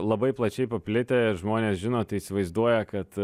labai plačiai paplitę ir žmonės žino tai įsivaizduoja kad